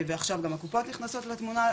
ועכשיו גם הקופות נכנסות לתמונה,